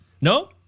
No